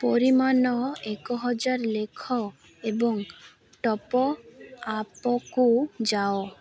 ପରିମାଣ ଏକହଜାର ଲେଖ ଏବଂ ଟପଆପ୍କୁ ଯାଅ